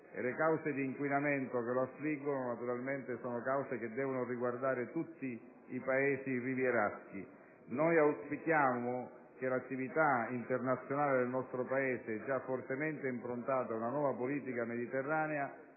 le cause di inquinamento che lo affliggono devono riguardare tutti i Paesi rivieraschi. Auspichiamo che l'attività internazionale del nostro Paese, già fortemente improntata ad una nuova politica mediterranea,